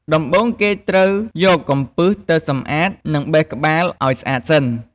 ដំបូង គេត្រូវយកកំពឹសទៅសម្អាត និងបេះក្បាលឱ្យស្អាតសិន។